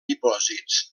dipòsits